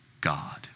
God